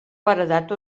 paredat